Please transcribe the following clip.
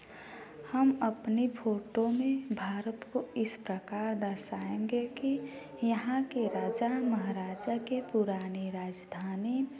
हम अपने फोटो में भारत को इस प्रकार दर्शाएँगे कि यहाँ के राजा महाराजा के पुराने राजधानी